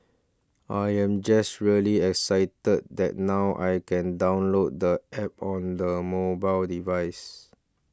I am just really excited that now I can download the App on the mobile devices